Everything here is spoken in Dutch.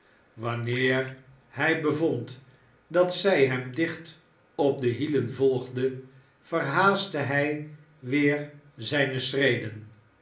wanneer hij bevond dat zij hem dicht op de hielen volgde verhaastte hij weer zijne schreden